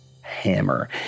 hammer